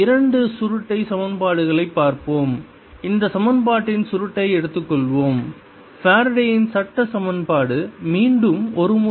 இரண்டு சுருட்டை சமன்பாடுகளைப் பார்ப்போம் இந்த சமன்பாட்டின் சுருட்டை எடுத்துக்கொள்வோம் ஃபாரடேயின்Faraday's சட்ட சமன்பாடு மீண்டும் ஒரு முறை